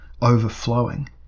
overflowing